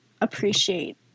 appreciate